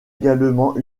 également